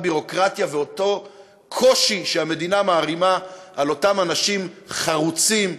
ביורוקרטיה ואותו קושי שהמדינה מערימה על אותם אנשים חרוצים,